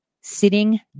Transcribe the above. sitting